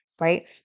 right